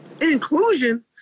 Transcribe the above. inclusion